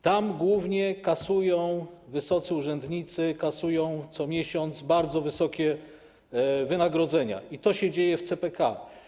Tam głównie wysocy urzędnicy kasują co miesiąc bardzo wysokie wynagrodzenia, i to się dzieje w CPK.